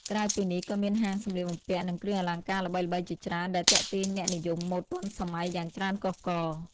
ក្រៅពីនេះ ក៏មានហាងសម្លៀកបំពាក់ និងគ្រឿងអលង្ការល្បីៗជាច្រើន ដែលទាក់ទាញអ្នកនិយមម៉ូដទាន់សម័យយ៉ាងច្រើនកុះករ។